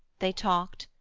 they talked,